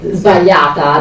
sbagliata